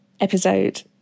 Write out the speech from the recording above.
episode